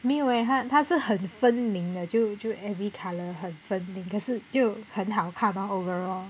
没有 eh 他是很分明的就就 every colour 很分明可是就很好看 lor overall